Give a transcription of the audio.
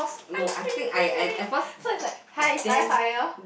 I'm cringing already so it's like hi Starfire